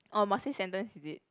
oh must say sentence is it